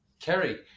Kerry